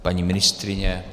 Paní ministryně?